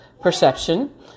Perception